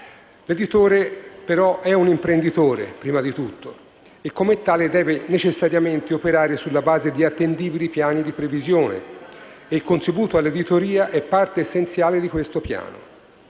L'editore, però, è prima di tutto un imprenditore e come tale deve necessariamente operare sulla base di attendibili piani di previsione e il contributo all'editoria è parte essenziale di questo piano